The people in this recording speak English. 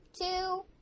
two